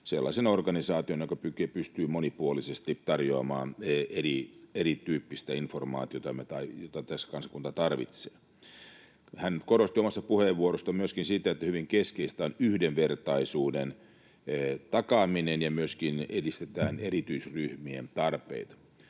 sellaisena organisaationa, joka pystyy monipuolisesti tarjoamaan erityyppistä informaatiota, jota tässä kansakunta tarvitsee. Hän korosti omassa puheenvuorossaan myöskin sitä, että hyvin keskeistä on yhdenvertaisuuden takaaminen ja myöskin se, että edistetään erityisryhmien tarpeita.